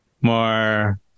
more